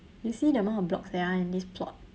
you see the amount of blocks there are in this plot